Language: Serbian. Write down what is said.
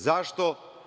Zašto?